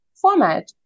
format